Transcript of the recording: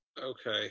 Okay